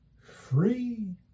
Free